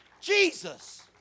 Jesus